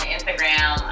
Instagram